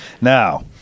Now